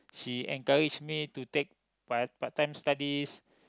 she encourage me to take my part time studies